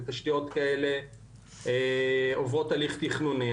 ותשתיות כאלה עוברות תהליך תכנוני.